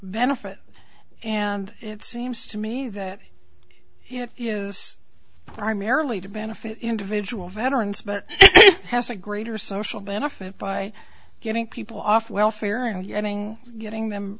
benefit and it seems to me that it is primarily to benefit individual veterans but has a greater social benefit by getting people off welfare and uniting getting them